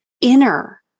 inner